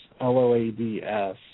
L-O-A-D-S